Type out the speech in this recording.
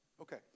Okay